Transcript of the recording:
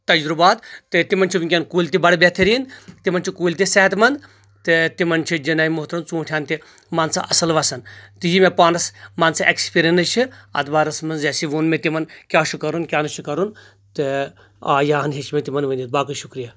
تجرُبات تہٕ تِمن چھِ وُنکٮ۪ن کُلۍ تہِ بڑٕ بہتٔریٖن تِمن چھِ کُلۍ تہِ صحت منٛد تہٕ تِمن چھُ جناب محترم ژوٗنٛٹھۍ ہان تہِ مان ژٕ اصٕل وسان تہٕ یہِ مےٚ پانس مان ژٕ ایٚکٕسپیرینس چھِ اتھ بارس منٛز یس یہِ ووٚن مےٚ تِمن کیاہ چھُ کرُن کیاہ نہٕ چھُ کرُن تہٕ آ یہان ہیٚچ مےٚ تِمن ؤنِتھ باقٕے شُکریہ